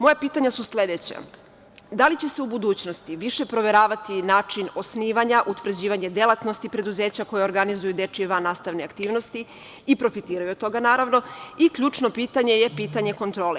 Moja pitanja su sledeća - da li će se u budućnosti više proveravati način osnivanja, utvrđivanja delatnosti preduzeća koja organizuju dečije vannastavne aktivnosti i profitiraju od toga, naravno i ključno pitanje je pitanje kontrole?